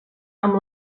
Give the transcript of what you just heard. amb